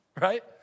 Right